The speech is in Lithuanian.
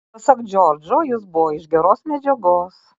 pasak džordžo jis buvo iš geros medžiagos